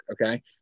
okay